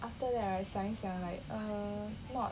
after that I 想一想 like err not